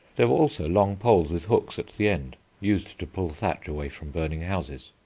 there were also long poles with hooks at the end used to pull thatch away from burning houses.